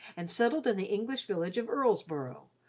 and settled in the english village of erlesboro,